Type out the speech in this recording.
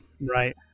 Right